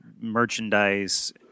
merchandise